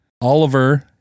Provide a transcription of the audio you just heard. Oliver